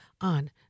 on